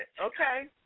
Okay